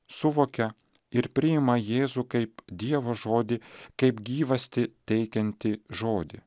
suvokia ir priima jėzų kaip dievo žodį kaip gyvastį teikiantį žodį